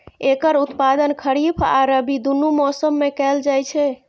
एकर उत्पादन खरीफ आ रबी, दुनू मौसम मे कैल जाइ छै